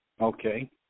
Okay